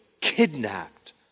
kidnapped